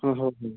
हा हौतु